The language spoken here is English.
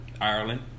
Ireland